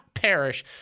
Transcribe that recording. perish